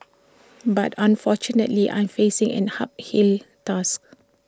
but unfortunately I'm facing an uphill task